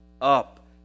up